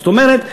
זאת אומרת,